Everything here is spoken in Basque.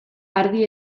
ardi